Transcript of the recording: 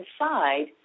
inside